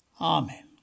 Amen